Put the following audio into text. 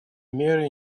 меры